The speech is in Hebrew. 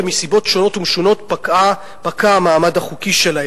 ומסיבות שונות ומשונות פקע המעמד החוקי שלהם.